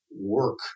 work